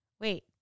wait